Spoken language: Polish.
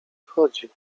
wchodzi